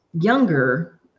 younger